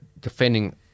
defending